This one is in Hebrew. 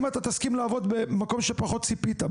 אתה תסכים לעבוד במקום שפחות ציפית.